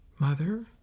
Mother